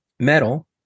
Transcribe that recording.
metal